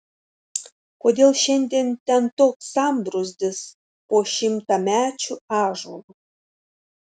kodėl šiandien ten toks sambrūzdis po šimtamečiu ąžuolu